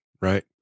Right